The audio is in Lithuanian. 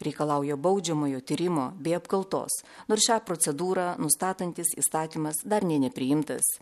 reikalauja baudžiamojo tyrimo bei apkaltos nors šią procedūrą nustatantis įstatymas dar nepriimtas